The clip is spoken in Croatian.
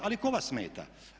Ali tko vas smeta?